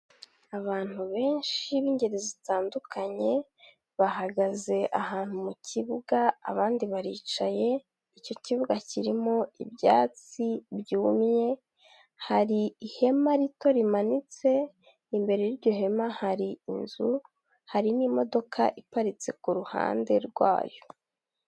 Abantu benshi b'ingeri zitandukanye, bahagaze ahantu mu kibuga, abandi baricaye, icyo kibuga kirimo ibyatsi byumye, hari ihema rito rimanitse, imbere y'iryo hema hari inzu, hari n'imodoka iparitse ku ruhande rwayo.